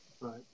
Right